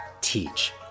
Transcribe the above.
teach